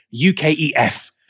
UKEF